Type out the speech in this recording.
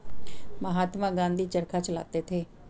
महात्मा गांधी चरखा चलाते थे